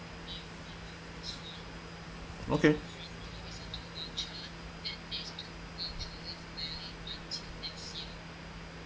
okay